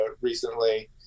recently